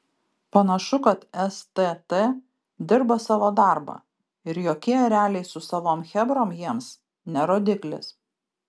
panašu kad stt dirba savo darbą ir jokie ereliai su savom chebrom jiems ne rodiklis